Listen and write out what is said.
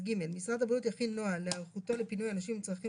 משרד הבריאות יכין נוהל להיערכותו לפינוי אנשים עם צרכים